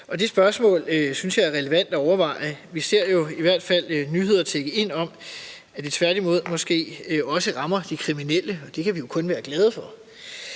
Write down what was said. Det spørgsmål synes jeg er relevant at overveje. Vi ser jo i hvert fald nyheder tikke ind om, at det måske tværtimod også rammer de kriminelle, og det kan vi jo kun være glade for.